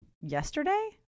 yesterday